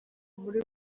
muri